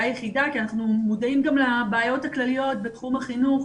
יחידה כי אנחנו מודעים גם לבעיות הכלליות בתחום החינוך,